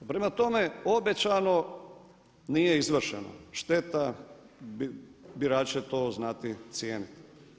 Prema tome obećano nije izvršeno, šteta birači će to znati cijeniti.